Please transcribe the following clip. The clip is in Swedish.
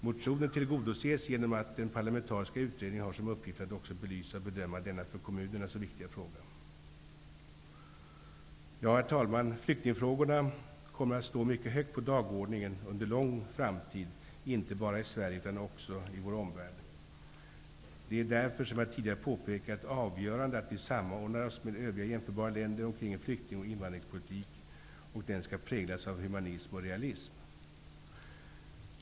Motionen tillgodoses genom att den parlamentariska utredningen har som uppgift att också belysa och bedöma denna för kommunerna så viktiga fråga. Herr talman! Flyktingfrågorna kommer att stå mycket högt på dagordningen under lång framtid, inte bara i Sverige utan även i vår omvärld. Det är därför avgörande att vi samordnar oss med övriga jämförbara länder omkring en flykting och invandringspolitik som skall präglas av humanism och realism.